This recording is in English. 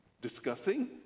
Discussing